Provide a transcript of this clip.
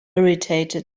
irritated